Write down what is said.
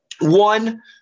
one